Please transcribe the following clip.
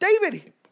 David